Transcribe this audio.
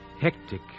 hectic